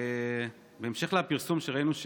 בהמשך לפרסום שראינו,